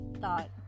thought